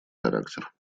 характер